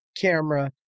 camera